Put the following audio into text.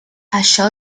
això